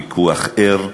ויכוח ער.